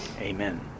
amen